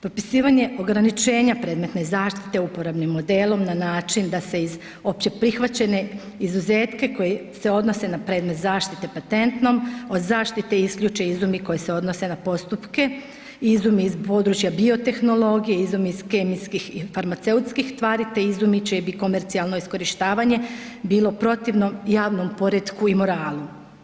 Propisivanje ograničenja predmetne zaštite uporabnim modelom na način da se iz općeprihvaćene izuzetke koji se odnose na predmet zaštite patentnom od zaštite isključe izumi koji se odnose na postupke, izumi iz područja biotehnologije, izumi iz kemijskih i farmaceutskih tvari te izumi čije bi komercijalno iskorištavanje bilo protivno javnom poretku i moralu.